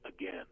again